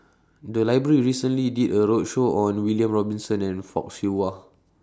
The Library recently did A roadshow on William Robinson and Fock Siew Wah